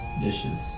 dishes